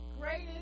Greatest